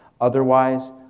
Otherwise